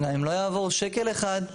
גם אם לא יעבור שקל אחד,